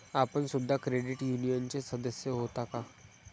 आपण सुद्धा क्रेडिट युनियनचे सदस्य होता का?